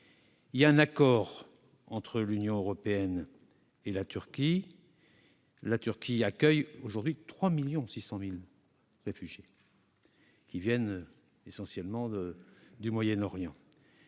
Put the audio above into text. Il y a un accord entre l'Union européenne et la Turquie, qui accueille aujourd'hui 3,6 millions de réfugiés, en provenance essentiellement du Moyen-Orient.